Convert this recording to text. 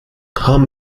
haben